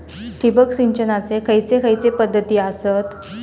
ठिबक सिंचनाचे खैयचे खैयचे पध्दती आसत?